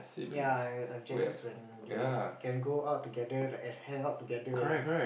ya I I'm jealous when you can go out together like hang out together